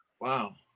Wow